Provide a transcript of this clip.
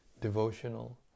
devotional